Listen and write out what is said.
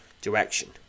direction